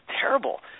terrible